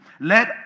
let